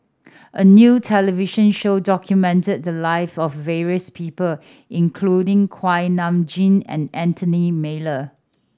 a new television show documented the live of various people including Kuak Nam Jin and Anthony Miller